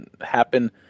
happen